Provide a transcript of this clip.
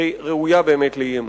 ראויה באמת לאי-אמון.